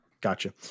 Gotcha